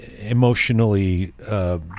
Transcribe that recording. emotionally